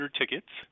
tickets